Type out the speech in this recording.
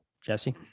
Jesse